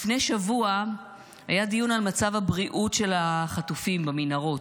לפני שבוע היה דיון על מצב הבריאות של החטופים במנהרות.